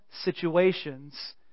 situations